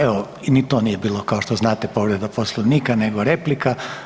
Evo ni to nije bila, kao što znate, povreda Poslovnika nego replika.